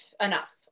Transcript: enough